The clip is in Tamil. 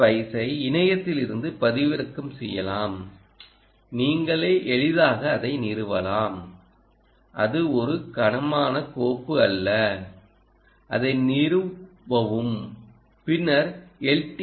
ஸ்பைஸை இணையத்தில் இருந்து பதிவிறக்கம் செய்யலாம்நீங்கள் எளிதாக அதை நிறுவலாம் அது ஒரு கனமான கோப்பு அல்ல அதை நிறுவவும் பின்னர் எல்